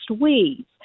weeds